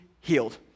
healed